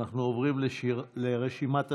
אנחנו עוברים לרשימת הדוברים.